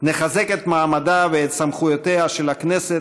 נחזק את מעמדה ואת סמכויותיה של הכנסת,